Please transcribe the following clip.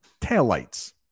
taillights